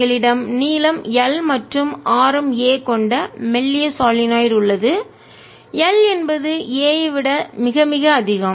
எங்களிடம் நீளம் L மற்றும் ஆரம் a கொண்ட மெல்லிய சொலினாய்டு உள்ளது L என்பது a ஐ விட மிக மிக அதிகம்